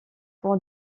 pour